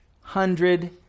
hundred